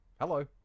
hello